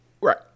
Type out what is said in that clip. Right